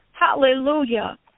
Hallelujah